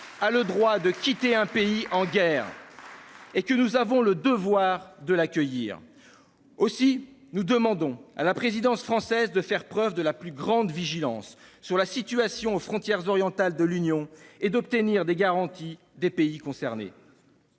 a le droit de quitter un pays en guerre, et nous avons le devoir de l'accueillir. Aussi, nous demandons à la présidence française de faire preuve de la plus grande vigilance sur la situation aux frontières orientales de l'Union européenne et d'obtenir des garanties des pays concernés.